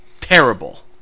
terrible